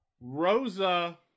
Rosa